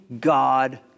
God